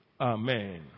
Amen